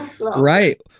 Right